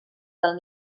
del